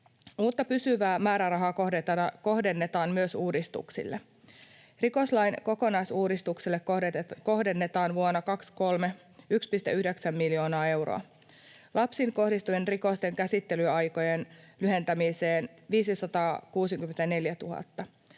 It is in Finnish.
Uutta, pysyvää määrärahaa kohdennetaan myös uudistuksille. Vuonna 23 rikoslain kokonaisuudistukselle kohdennetaan 1,9 miljoonaa euroa ja lapsiin kohdistuvien rikosten käsittelyaikojen lyhentämiseen 564 000